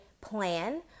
plan